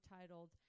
titled